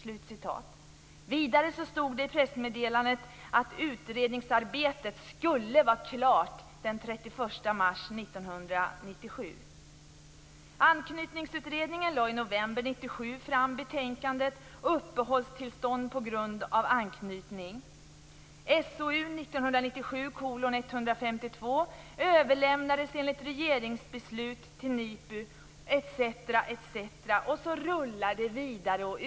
Vidare stod det i pressmeddelandet att utredningsarbetet skulle vara klart den 31 mars fram betänkandet Uppehållstillstånd på grund av anknytning. SOU 1997:152 överlämnades enligt regeringsbeslut till NIPU etc., etc., och så rullar det vidare.